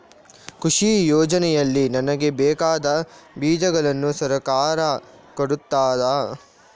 ಕೃಷಿ ಯೋಜನೆಯಲ್ಲಿ ನನಗೆ ಬೇಕಾದ ಬೀಜಗಳನ್ನು ಸರಕಾರ ಕೊಡುತ್ತದಾ?